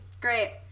Great